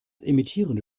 emittierte